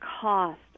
cost